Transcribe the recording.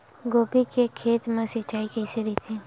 गोभी के खेत मा सिंचाई कइसे रहिथे?